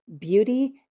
beauty